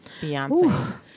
Beyonce